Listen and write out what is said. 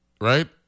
right